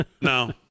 No